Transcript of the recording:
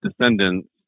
descendants